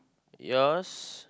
yours